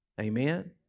Amen